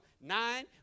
nine